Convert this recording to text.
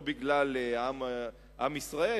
לא בגלל עם ישראל,